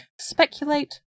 speculate